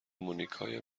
مونیکای